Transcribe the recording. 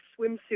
swimsuit